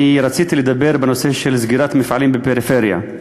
אני רציתי לדבר בנושא של סגירת מפעלים בפריפריה.